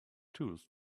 tools